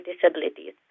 disabilities